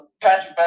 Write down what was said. Patrick